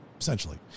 essentially